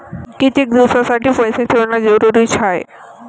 कितीक दिसासाठी पैसे जमा ठेवणं जरुरीच हाय?